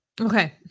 Okay